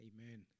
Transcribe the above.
Amen